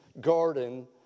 garden